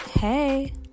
Hey